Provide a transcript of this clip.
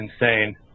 insane